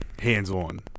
hands-on